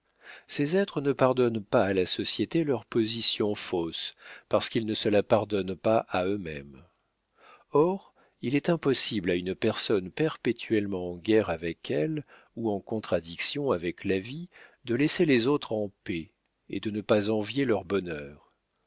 ces êtres ne pardonnent pas à la société leur position fausse parce qu'ils ne se la pardonnent pas à eux-mêmes or il est impossible à une personne perpétuellement en guerre avec elle ou en contradiction avec la vie de laisser les autres en paix et de ne pas envier leur bonheur